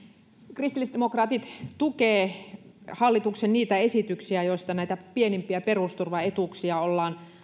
kristillisdemokraatit tukevat niitä hallituksen esityksiä joissa näitä pienimpiä perusturvaetuuksia ollaan